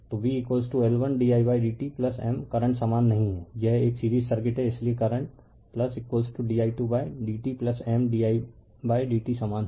तो v L1didt M current समान नहीं है यह एक सीरीज सर्किट है इसलिए current di2 by dt M didt समान है